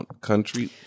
country